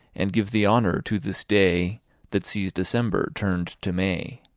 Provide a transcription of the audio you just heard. and give the honour to this day that sees december turn'd to may.